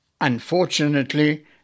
Unfortunately